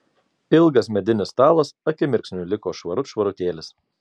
ilgas medinis stalas akimirksniu liko švarut švarutėlis